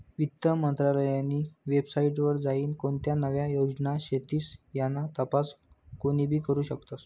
वित्त मंत्रालयनी वेबसाईट वर जाईन कोणत्या नव्या योजना शेतीस याना तपास कोनीबी करु शकस